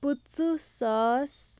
پٕںٛژہ ساس